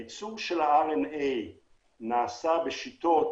הייצור של הרנ"א נעשה בשיטות